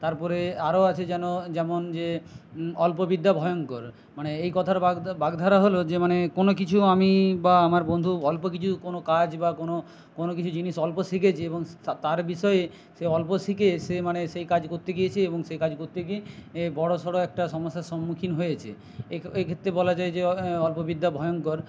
তারপরে আরও আছে যেন যেমন যে অল্প বিদ্যা ভয়ংকর মানে এই কথার বাগধারা হলো যে মানে কোনো কিছু আমি বা আমার বন্ধু অল্প কিছু কোনো কাজ বা কোনো কোনো কিছু জিনিস অল্প শিখেছে এবং তার বিষয়ে সে অল্প শিখে সে মানে সেই কাজ করতে গিয়েছে এবং সেই কাজ করতে গিয়ে এ বড়ো সরো একটা সমস্যার সম্মুখীন হয়েছে এইক্ষেত্রে বলা যায় যে অল্প বিদ্যা ভয়ংকর